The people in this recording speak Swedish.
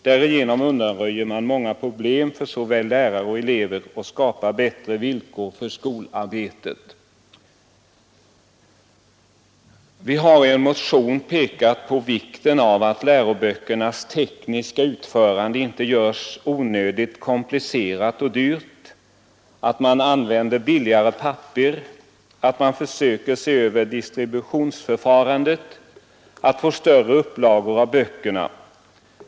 Därigenom undanröjer man många problem för såväl lärare som elever och skapar bättre villkor för skolarbetet. Vi har i en motion pekat på vikten av att läroböckernas tekniska utförande inte görs onödigt komplicerat och dyrt, att man använder billigare papper, att man försöker se över distributionsförfarandet och att det görs större upplagor av böckerna.